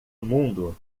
mundo